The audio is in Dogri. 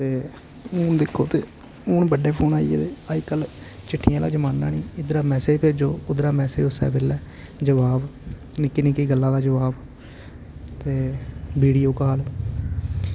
ते हुन दिक्खो ते हुन बड्डे फोन आई गेदे अज्जकल चिठ्ठियें आह्ला जमाना नेईं इद्धरा मैसेज भेजो उद्धरा मैसेज उस्सै बेल्लै जवाब निक्की निक्की गल्ला दा जवाब ते बीडिओ काल